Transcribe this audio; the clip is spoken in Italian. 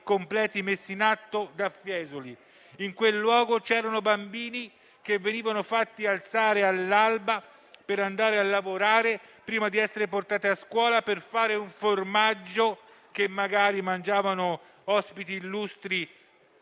completi messi in atto dal Fiesoli; in quel luogo c'erano bambini che venivano fatti alzare all'alba per andare a lavorare, prima di essere portati a scuola, per fare un formaggio che magari mangiavano i tanti ospiti illustri